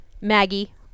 Maggie